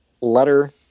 letter